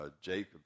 Jacob